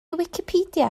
wicipedia